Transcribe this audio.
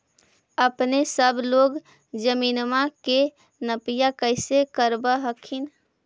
अपने सब लोग जमीनमा के नपीया कैसे करब हखिन?